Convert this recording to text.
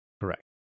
Correct